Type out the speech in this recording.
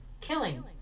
killing